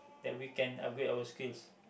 that we can upgrade our skills